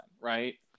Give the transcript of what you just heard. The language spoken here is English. right